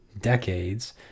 decades